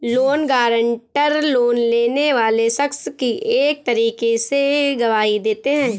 loan guarantor, loan लेने वाले शख्स की एक तरीके से गवाही देते हैं